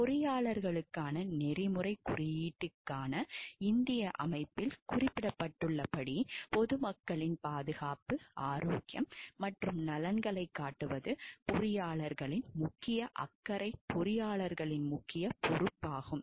பொறியாளர்களுக்கான நெறிமுறைக் குறியீடுகளுக்கான இந்திய அமைப்பில் குறிப்பிடப்பட்டுள்ளபடி பொது மக்களின் பாதுகாப்பு ஆரோக்கியம் மற்றும் நலன்களைக் காட்டுவது பொறியாளர்களின் முக்கிய அக்கறை பொறியாளர்களின் முக்கிய பொறுப்பாகும்